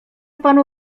panu